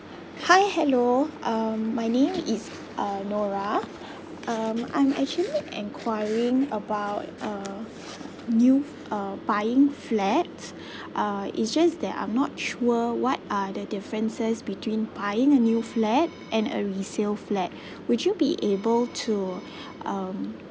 hi hello um my name is uh nora um I'm actually enquiring about uh new uh buying flat uh it's just that I'm not sure what are the differences between buying a new flat and a resale flat would you be able to um